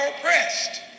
oppressed